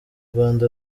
rwanda